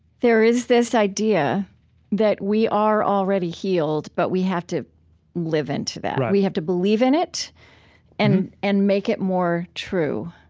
there is this idea that we are already healed, but we have to live into that we have to believe in it and and make it more true.